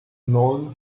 known